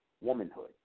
womanhood